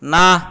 না